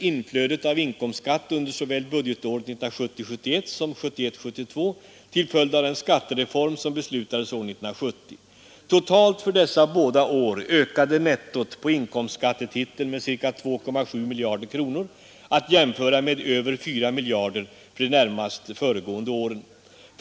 Är det inte uppseendeväckande? Det enda som kan urskiljas i reservationen är vissa i anslutning till i första hand moderaternas partimotion förda resonemang om skatterna och om begränsning av den offentliga sektorn.